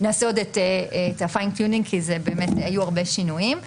נעשה את הפיין טיונינג כי היו הרבה שינויים.